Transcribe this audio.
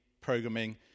Programming